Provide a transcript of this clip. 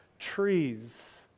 trees